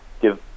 give